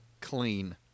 clean